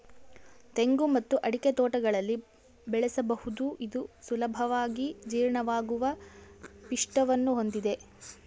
ತೆಂಗು ಮತ್ತು ಅಡಿಕೆ ತೋಟಗಳಲ್ಲಿ ಬೆಳೆಸಬಹುದು ಇದು ಸುಲಭವಾಗಿ ಜೀರ್ಣವಾಗುವ ಪಿಷ್ಟವನ್ನು ಹೊಂದಿದೆ